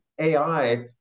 AI